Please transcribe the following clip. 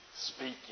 speaking